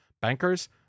Bankers